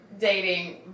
dating